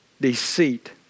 deceit